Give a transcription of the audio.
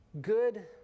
Good